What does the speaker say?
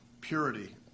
purity